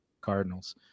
Cardinals